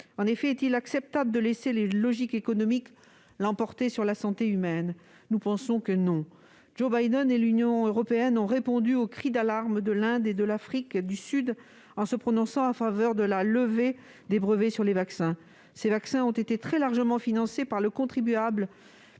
tous. Est-il acceptable de laisser les logiques économiques l'emporter sur la santé humaine ? Nous pensons que non. Joe Biden et l'Union européenne ont répondu au cri d'alarme de l'Inde et de l'Afrique du Sud, en se prononçant en faveur de la levée des brevets sur les vaccins. Ces vaccins ont été très largement financés par les contribuables,